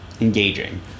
engaging